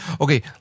okay